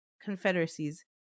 confederacies